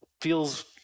feels